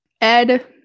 Ed